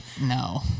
no